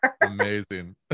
Amazing